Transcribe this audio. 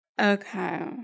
Okay